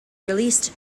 released